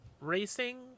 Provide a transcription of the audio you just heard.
racing